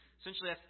essentially